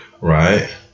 right